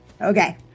Okay